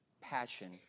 passion